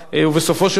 ובסופו של דבר,